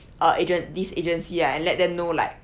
uh agent this agency ah and let them know like